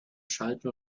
schalten